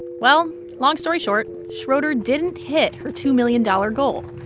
well, long story short, schroeder didn't hit her two million dollars goal,